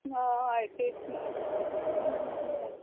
हय तेच न्हू